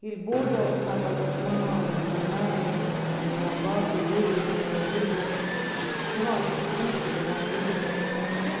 ییٚلہِ بوٚڈ دۄہ اوس آسان پتہٕ اوس مام اوس آسان نام ٲسی آسان یا باقی بٔڑۍ ٲسۍ آسان تَتہِ بٔڈِبب دِوان ٲسۍ تِم پونٛسہٕ دَپان ٲسۍ رٔٹِو سا تُہۍ پونٛسہٕ